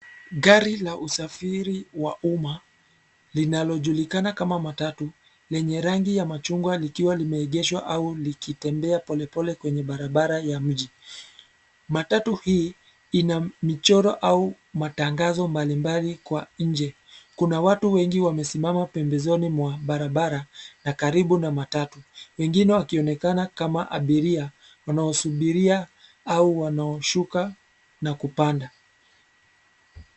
Gari la usafiri wa umma, linalojulikana kama matatu, lenye rangi ya machungwa likiwa limeegeshwa au likitembea polepole kwenye barabara ya mji. Matatu hii, ina michoro au, matangazo mbalimbali kwa nje. Kuna watu wengi wamesimama pembezoni mwa barabara, na karibu na matatu. Wengine wakionekana kama abiria, wanaosubiria, au wanaoshuka, na kupanda.